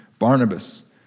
Barnabas